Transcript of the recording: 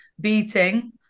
beating